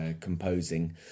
composing